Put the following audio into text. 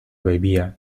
bebía